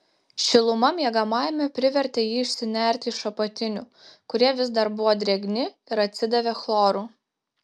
šiluma miegamajame privertė jį išsinerti iš apatinių kurie vis dar buvo drėgni ir atsidavė chloru